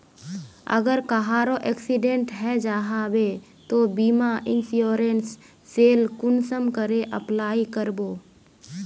अगर कहारो एक्सीडेंट है जाहा बे तो बीमा इंश्योरेंस सेल कुंसम करे अप्लाई कर बो?